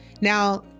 Now